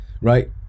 right